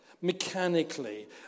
mechanically